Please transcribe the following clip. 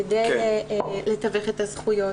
כדי לתווך את הזכיות.